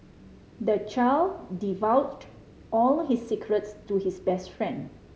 the child divulged all his secrets to his best friend